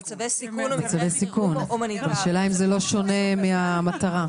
במצבי סיכון, השאלה אם זה לא שונה מהמטרה.